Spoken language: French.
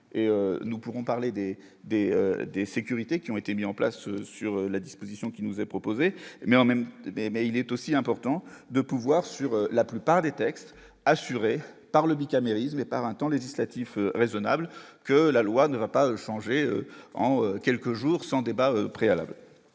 nous pourrons parler des des des sécurités qui ont été mis en place sur la disposition qui nous est proposé, mais en même temps, mais, mais il est aussi important de pouvoir sur la plupart des textes assurée par le bicamérisme et par un temps législatif raisonnables que la loi ne va pas changer en quelques jours, sans débat préalable,